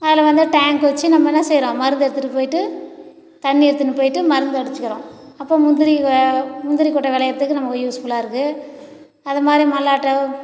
அதில் வந்து டேங்க் வச்சு நம்ம என்ன செய்யறோம் மருந்து எடுத்துகிட்டு போயிவிட்டு தண்ணி எடுத்துன்னு போயிவிட்டு மருந்து அடிச்சிக்கிறோம் அப்போ முந்திரி கொ முந்திரி கொட்டை விளையிறதுக்கு நமக்கு யூஸ்ஃபுல்லாக இருக்கு அது மாதிரி மல்லாட்டை